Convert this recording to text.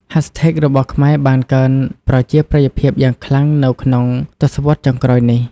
hashtags របស់ខ្មែរបានកើនប្រជាប្រិយភាពយ៉ាងខ្លាំងនៅក្នុងទសវត្សរ៍ចុងក្រោយនេះ។